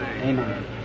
Amen